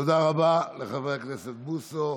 תודה רבה לחבר הכנסת בוסו.